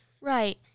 Right